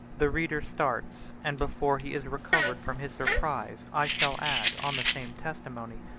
the reader starts and before he is recovered from his surprise, i shall add, on the same testimony,